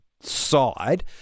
side